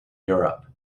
europe